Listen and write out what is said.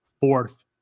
fourth